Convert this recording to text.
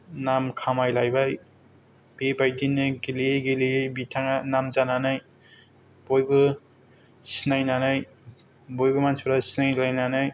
नाम खामायलायबाय बेबायदिनो गेलेयै गेलेयै बिथाङा नाम जानानै बयबो सिनायनानै बयबो मानसिफोरा सिनायलायनानै